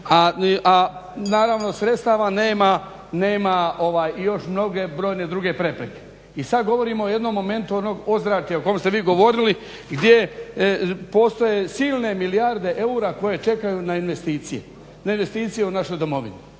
A naravno sredstava nema i još mnoge brojne druge prepreke. I sad govorimo o jednom momentu onog ozračja o kojem ste vi govorili gdje postoje silne milijarde eura koje čekaju na investicije u našoj Domovini.